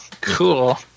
cool